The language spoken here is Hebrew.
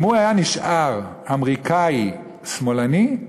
אם הוא היה נשאר אמריקני שמאלני,